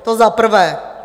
To za prvé.